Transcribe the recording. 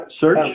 search